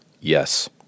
yes